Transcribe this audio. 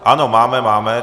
Ano, máme, máme.